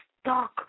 stuck